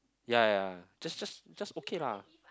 ya ya just just just okay lah